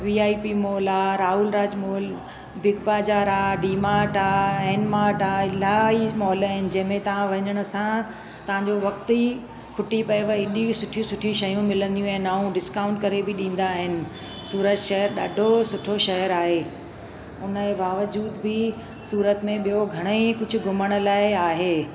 V I P mall आहे Rahul Raj mall Big Bazaar आहे डी मार्ट आहे एन मार्ट आहे इलाही मॉल अहिनि जंहिंमें तव्हां वञण सां ताम जो वक़्तु ई खुटी पएव एॾियूं सुठियूं सुठियूं शयूं मिलंदियूं आहिनि ऐं डिस्काऊंट करे बि ॾींदा आहिनि सूरत शहर ॾाढो सुठो शहर आहे उन जे बावजूदि बि सूरत में घणे ई कुझु घुमण लाइ आहे